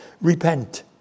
repent